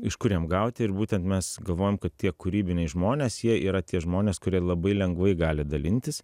iš kur jam gauti ir būtent mes galvojam kad tie kūrybiniai žmonės jie yra tie žmonės kurie labai lengvai gali dalintis